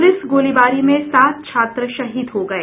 police गोलीबारी में सात छात्र शहीद हो गये